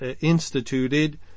instituted